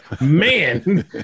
Man